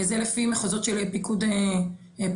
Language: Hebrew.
זה לפי מחוזות של פיקוד העורף,